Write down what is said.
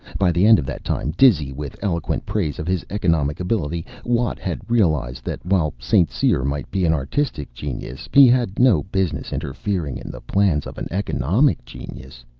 by the end of that time, dizzy with eloquent praise of his economic ability, watt had realized that while st. cyr might be an artistic genius, he had no business interfering in the plans of an economic genius.